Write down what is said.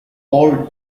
all